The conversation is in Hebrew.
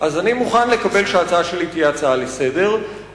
אני מוכן לקבל שההצעה שלי תהיה הצעה לסדר-היום.